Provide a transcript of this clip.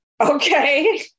Okay